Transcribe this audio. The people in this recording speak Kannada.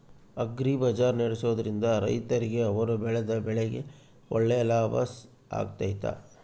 ಅಗ್ರಿ ಬಜಾರ್ ನಡೆಸ್ದೊರಿಂದ ರೈತರಿಗೆ ಅವರು ಬೆಳೆದ ಬೆಳೆಗೆ ಒಳ್ಳೆ ಲಾಭ ಆಗ್ತೈತಾ?